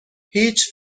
هیچ